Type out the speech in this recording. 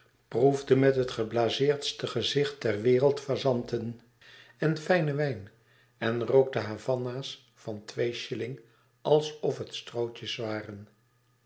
proefde met het geblazeerdste gezicht ter wereld fazanten en fijnen wijn en rookte havanna's van twee shilling alsof het strootjes waren